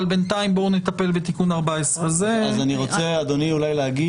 אבל בינתיים בואו נטפל בתיקון 14. אני רוצה להגיד,